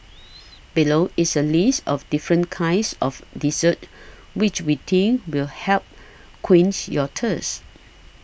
below is a list of different kinds of desserts which we think will help quench your thirst